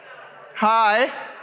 Hi